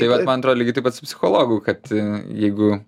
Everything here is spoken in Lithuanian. tai vat man atrodo lygiai taip pat su psichologu kad jeigu